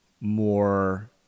more